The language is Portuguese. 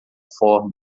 forma